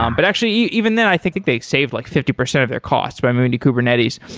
um but actually, even then i think they saved like fifty percent of their costs by moving to kubernetes,